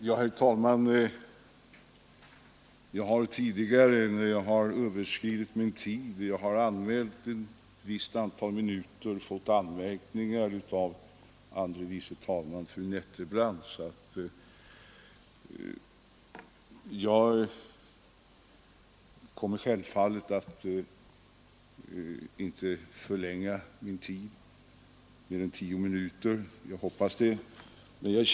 Herr talman! Jag har tidigare, när jag överskridit den tid som jag i förväg angett för ett anförande, fått anmärkningar av fru andre vice talmannen Nettelbrandt. Jag skall därför i dag försöka hålla mig inom de tio minuter som jag beräknat för mitt anförande.